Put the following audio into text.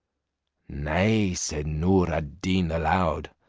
nay, said noor ad deen aloud,